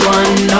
one